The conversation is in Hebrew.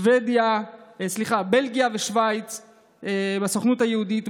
בלגיה ושווייץ בסוכנות היהודית,